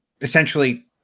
essentially